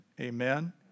Amen